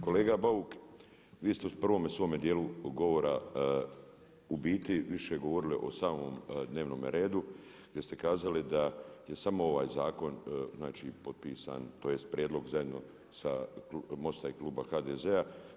Kolega Bauk, vi ste u prvome svome djelu govora ubiti više govorili o samom dnevnome redu gdje ste kazali da je samo ovaj zakon potpisan, tj. prijedlog zajedno sa klubom MOST-a i kluba HDZ-a.